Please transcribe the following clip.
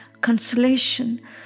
consolation